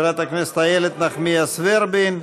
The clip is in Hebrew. חברת הכנסת איילת נחמיאס ורבין,